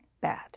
bad